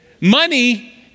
Money